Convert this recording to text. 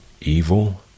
evil